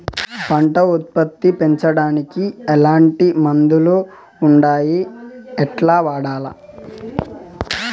పంట ఉత్పత్తి పెంచడానికి ఎట్లాంటి మందులు ఉండాయి ఎట్లా వాడల్ల?